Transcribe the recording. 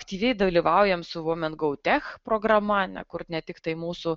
aktyviai dalyvaujam su vumen gou tech programa ne kur ne tiktai mūsų